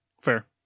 Fair